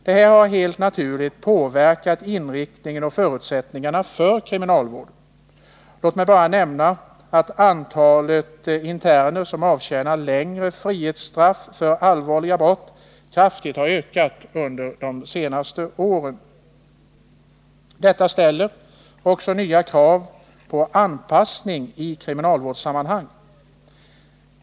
Detta har naturligt påverkat inriktningen och förutsättningarna för kriminalvården. Låt mig bara nämna att antalet interner som avtjänat längre frihetsstraff för allvarliga brott kraftigt har ökat under de senaste åren. Detta ställer också nya krav på anpassning i kriminalvårdssammanhang.